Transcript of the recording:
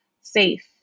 safe